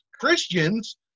christians